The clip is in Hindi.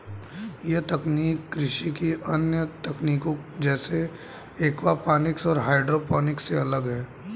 यह तकनीक कृषि की अन्य तकनीकों जैसे एक्वापॉनिक्स और हाइड्रोपोनिक्स से अलग है